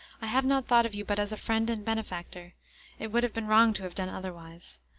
i have not thought of you but as a friend and benefactor it would have been wrong to have done otherwise.